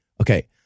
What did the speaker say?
okay